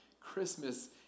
Christmas